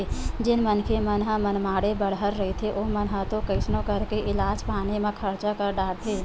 जेन मनखे मन ह मनमाड़े बड़हर रहिथे ओमन ह तो कइसनो करके इलाज पानी म खरचा कर डारथे